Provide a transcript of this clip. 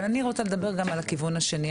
אבל אני רוצה לדבר גם על הכיוון השני,